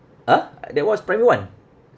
ah that was primary one